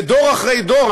ודור אחרי דור,